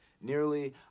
Nearly